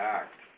act